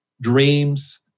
dreams